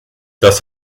das